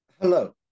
Hello